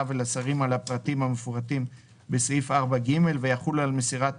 ולשרים על הפרטים המפורטים בסעיף 4(ג) ויחולו על מסירת